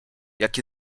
jak